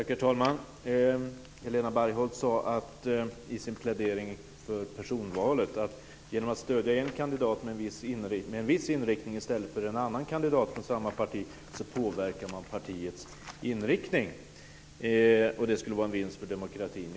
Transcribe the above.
Herr talman! Helena Bargholtz sade i sin plädering för personvalet att genom att stödja en kandidat med en viss inriktning i stället för en annan kandidat från samma parti påverkar man partiets inriktning. Det skulle vara en vinst för demokratin.